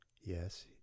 Yes